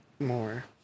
More